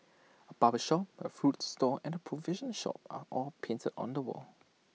A barber shop A fruit stall and A provision shop are all painted on the wall